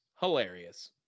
Hilarious